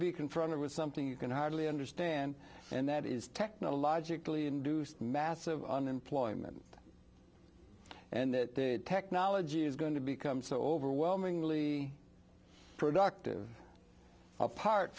be confronted with something you can hardly understand and that is technologically induced massive unemployment and that technology is going to become so overwhelmingly productive apart